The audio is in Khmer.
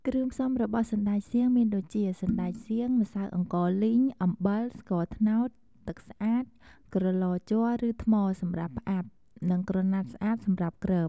គ្រឿងផ្សំរបស់សណ្តែកសៀងមានដូចជា សណ្ដែកសៀង ម្សៅអង្ករលីង អំបិល ស្ករត្នោត ទឹកស្អាត ក្រឡជ័រ ឬ ថ្មសម្រាប់ផ្អាប់ និង ក្រណាត់ស្អាតសម្រាប់គ្រប។